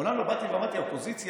מעולם לא באתי ואמרתי שהאופוזיציה